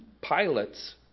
pilots